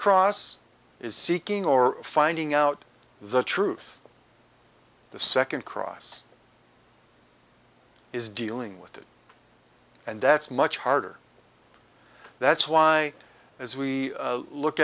cross is seeking or finding out the truth the second cross is dealing with it and that's much harder that's why as we look